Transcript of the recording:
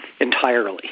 entirely